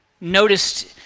noticed